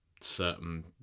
certain